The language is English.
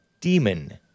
demon